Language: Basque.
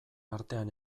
artean